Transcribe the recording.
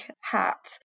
hat